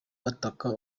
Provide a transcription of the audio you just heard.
bataka